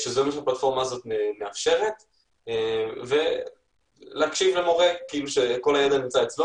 שזה מה שהפלטפורמה מאפשרת ולהקשיב למורה כאילו שכל הידע נמצא אצלו